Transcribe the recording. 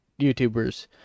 YouTubers